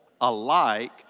alike